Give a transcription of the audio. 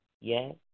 Yes